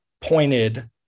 pointed